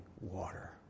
water